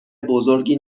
بزرگی